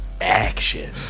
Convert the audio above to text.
action